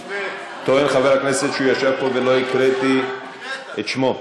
טוען חבר הכנסת שהוא ישב פה ולא הקראתי את שמו,